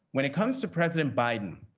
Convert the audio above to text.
when it comes to president biden,